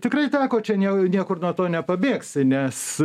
tikrai teko čia nie niekur nuo to nepabėgsi nes